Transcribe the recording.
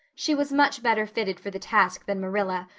she was much better fitted for the task than marilla,